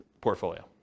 portfolio